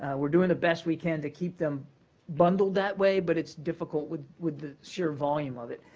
we're doing the best we can to keep them bundled that way, but it's difficult with with the sheer volume of it.